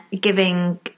giving